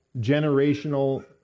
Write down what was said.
generational